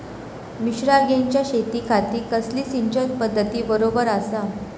मिर्षागेंच्या शेतीखाती कसली सिंचन पध्दत बरोबर आसा?